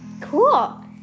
Cool